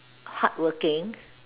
hardworking